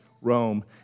Rome